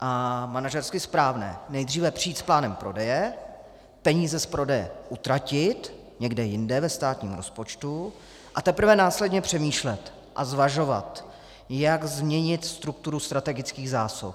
a manažersky správné nejdříve přijít s plánem prodeje, peníze z prodeje utratit někde jinde ve státním rozpočtu, a teprve následně přemýšlet a zvažovat, jak změnit strukturu strategických zásob?